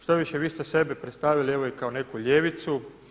Štoviše vi ste sebe predstavili evo i kao neku ljevicu.